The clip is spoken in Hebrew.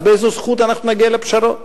באיזו זכות אנחנו נגיע לפשרות?